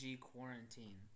quarantine